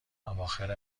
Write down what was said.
اواخر